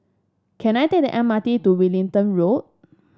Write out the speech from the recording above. can I take the M R T to Wellington Road